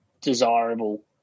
desirable